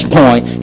point